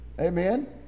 Amen